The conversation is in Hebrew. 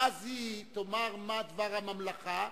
ואז היא תאמר מה דבר הממלכה,